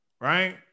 right